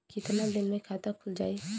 कितना दिन मे खाता खुल जाई?